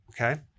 Okay